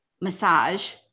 massage